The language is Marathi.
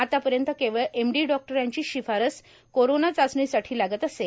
आतापर्यंत केवळ एम डी डॉक्टरांचीच शिफारस कोरोना चाचणीसाठी लागत असे